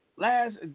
Last